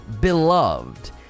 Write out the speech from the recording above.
beloved